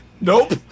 Nope